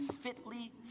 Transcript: fitly